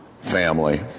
Family